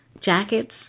jackets